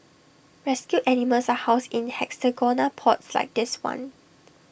rescued animals are housed in hexagonal pods like this one